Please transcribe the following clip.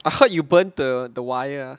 I heard you burn the the wire